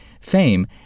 fame